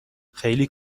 خیلی